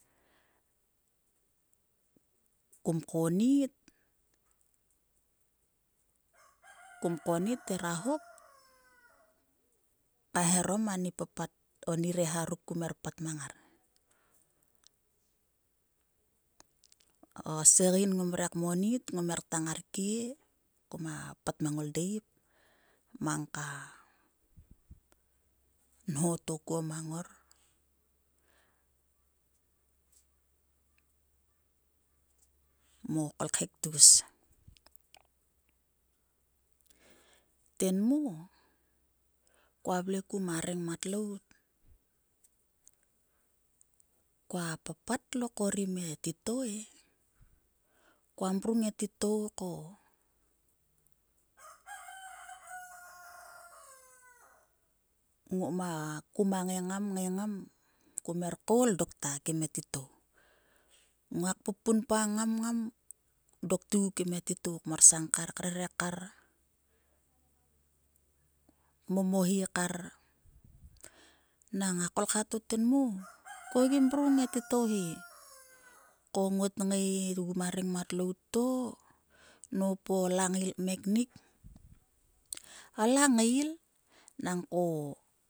Kum konnit hera hop kaeharom oni papat oni reha kum her pat mang ngar. A segein ngom re kmonnit kum he kta ngarkie kpat mang ngoldiep mang ka nho to kua mang ngor mo kolkhek tgus. Tenmo kua vle ku ma rengmat lout. Kua papat korim e titou e. Kua mrung e titou ko ngoma. kuma ngai ngam ngai ngam koul dokta kim etitou. Nguak puupunpa ngam ngam dok tigu kim e titou kmor sang kar krere kar kmomohikar. Nnang a kolkha to tenmo ko gi mrung e titou he, ko ngot ngai gu ma rengmat lout to nop a langael kmeknik, a langail. Nangko